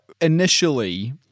initially